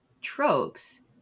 tropes